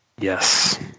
Yes